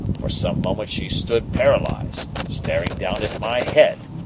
for some moments she stood paralyzed, staring down at my head.